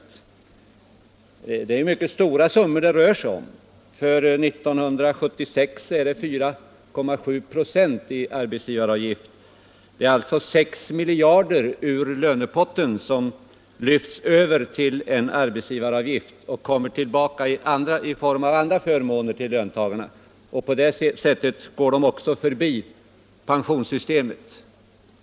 Det rör sig om mycket stora summor. För 1976 uttas 4.7 96 i arbetsgivaravgift. Det är alltså 6 miljarder av lönepotten som lyfts över till en arbetsgivaravgift och kommer tillbaka till löntagarna i form av andra förmåner. På det sättet går pengarna också förbi pensionssystemet.